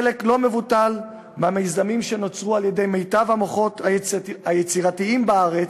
חלק לא מבוטל מהמיזמים שנוצרו על-ידי מיטב המוחות היצירתיים בארץ,